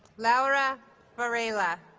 laura varela